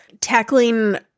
tackling